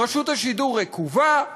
רשות השידור רקובה,